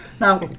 Now